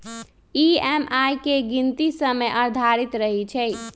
EMI के गीनती समय आधारित रहै छइ